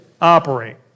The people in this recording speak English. operate